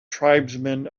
tribesmen